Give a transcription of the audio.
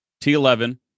T11